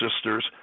sisters